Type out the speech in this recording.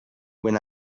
when